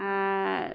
ᱟᱨ